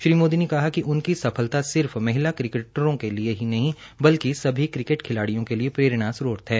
श्री मोदी ने कहा कि उनक सफलता सिर्फ महिला क्रिकेटरों के लिए ही नहीं बल्कि सभी क्रिकेट खिलाड़ियों के प्रेरणस्त्रोत है